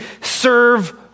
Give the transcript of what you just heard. serve